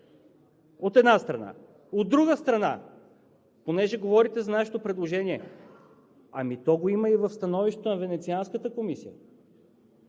от една страна. От друга страна, понеже говорите за нашето предложение, ами то го има и в Становището на Венецианската комисия.